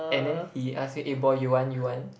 and then he ask me eh boy you want you want